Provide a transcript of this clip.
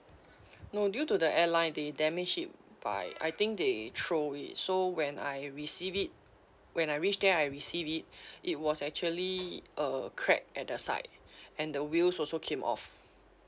no due to the airline they damage it by I think they throw it so when I receive it when I reach there I receive it it was actually uh crack at the side and the wheels also came off